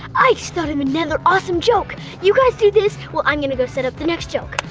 i just thought of another awesome joke. you guys do this while i'm gonna go set up the next joke!